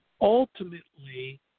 ultimately